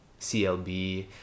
CLB